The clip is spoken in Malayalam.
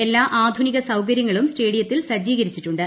എല്ലാ ആധുനിക സൌകര്യങ്ങളും സ്റ്റേഡിയത്തിൽ സജ്ജീകരിച്ചിട്ടുണ്ട്